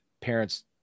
parents